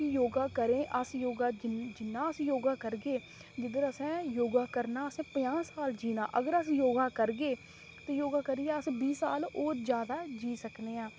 कि योगा करगे अस जिन्ना योग जिन्ना अस योग करगे जिद्धर असें योग करना असें पंजाह् साल जीना अगर अस योग करगे ते योग करियै अस बीह् साल होर जैदा जी सकने आं